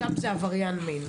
שם זה עבריין מין.